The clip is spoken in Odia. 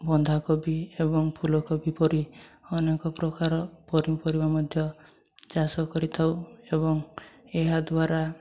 ବନ୍ଧାକୋବି ଏବଂ ଫୁଲକୋବି ପରି ଅନେକ ପ୍ରକାର ପନିପରିବା ମଧ୍ୟ ଚାଷ କରିଥାଉ ଏବଂ ଏହା ଦ୍ୱାରା